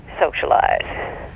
socialize